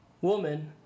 woman